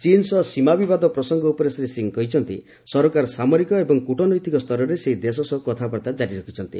ଚୀନ୍ ସହ ସୀମା ବିବାଦ ପ୍ରସଙ୍ଗ ଉପରେ ଶ୍ରୀ ସିଂହ କହିଛନ୍ତି ସରକାର ସାମରିକ ଏବଂ କୂଟନୈତିକ ସ୍ତରରେ ସେହି ଦେଶ ସହ କଥାବାର୍ତ୍ତା ଜାରି ରଖିଛନ୍ତି